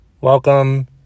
welcome